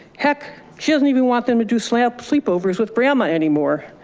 heck, she doesn't even want them to do sleep sleep overs with grandma anymore.